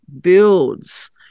builds